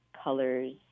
colors